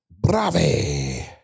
brave